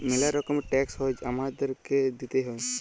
ম্যালা রকমের ট্যাক্স হ্যয় হামাদেরকে দিতেই হ্য়য়